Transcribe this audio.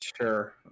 Sure